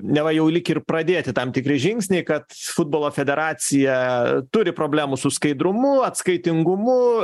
neva jau lyg ir pradėti tam tikri žingsniai kad futbolo federacija turi problemų su skaidrumu atskaitingumu